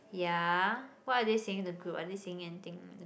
ya what are they saying in the group are they saying anything